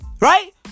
Right